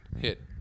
hit